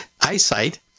eyesight